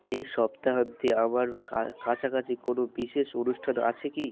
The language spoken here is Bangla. এই সপ্তাহান্তে আমার কা কাছাকাছি কোনো বিশেষ অনুষ্ঠান আছে কি